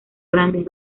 grandes